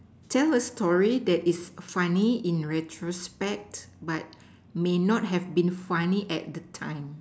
tell a story that is funny in retrospect but may not have been funny at the time